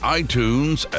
iTunes